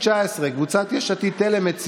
בוא תסכם את הדיון.